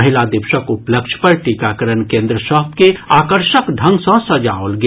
महिला दिवसक उपलक्ष्य पर टीकाकरण केन्द्र सभ के आकर्षक ढंग सँ सजाओल गेल